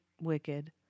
wicked